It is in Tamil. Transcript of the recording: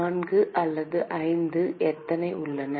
4 அல்லது 5 எத்தனை உள்ளன